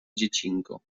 dziecinko